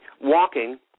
walking